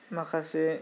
माखासे